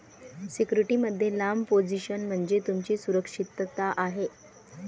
security मध्ये लांब position म्हणजे तुमची सुरक्षितता आहे